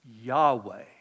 Yahweh